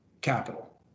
capital